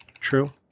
True